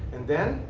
and then,